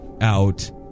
out